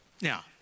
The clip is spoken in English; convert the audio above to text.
Now